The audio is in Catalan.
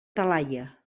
talaia